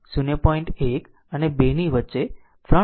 1 અને 2 ની વચ્ચે ત્રણ Ω અવરોધ માં કરંટ નક્કી કરે છે